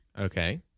Okay